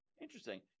Interesting